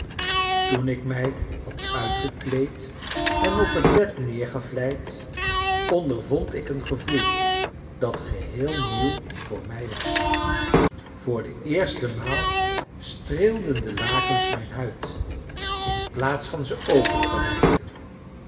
toen ik mij had uitgekleed en op het bed neergevlijd ondervond ik een gevoel dat geheel nieuw voor mij was voor de eerste maal streelden de lakens mijn huid in plaats van ze open te rijten